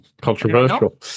Controversial